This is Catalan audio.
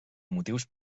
motius